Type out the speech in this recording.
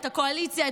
את הקואליציה,